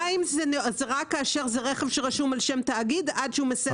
2,000 זה רק כאשר זה רכב שרשום על תאגיד עד שהוא מסב את התלונה.